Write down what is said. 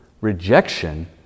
rejection